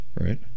Right